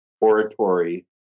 oratory